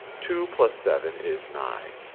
two plus seven is nine.